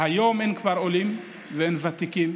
והיום אין כבר עולים ואין ותיקים